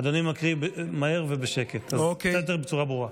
אדוני מקריא מהר ובשקט, בצורה קצת יותר ברורה.